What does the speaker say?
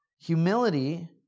Humility